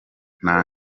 nta